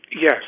Yes